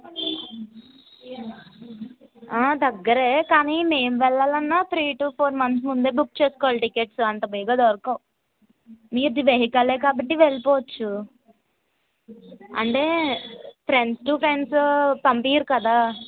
ఆ దగ్గరే కానీ నేను వెళ్ళాలన్నా త్రీ టు ఫోర్ మంత్స్ ముందే బుక్ చేస్కోవాలి టిక్కెట్సు అంత బేగా దోరకవు మీది వెహికలే కాబట్టి వెళ్ళిపోవచ్చు అంటే ఫ్రెండ్స్ టు ఫ్రెండ్సు పంపించారు కదా